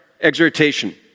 exhortation